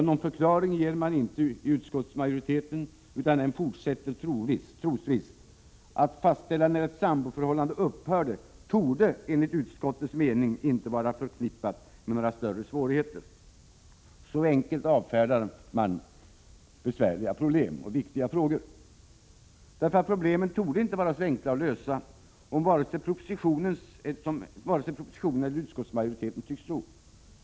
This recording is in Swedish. Någon förklaring ges inte, utan utskottsmajoriteten fortsätter trosvisst: ”Att fastställa när ett samboförhållande upphörde torde enligt utskottets mening inte vara förknippat med några större svårigheter.” Så enkelt avfärdas besvärliga problem och viktiga frågor. Problemen torde inte vara så enkla att lösa som man tycks tro både enligt propositionen och i utskottsmajoriteten.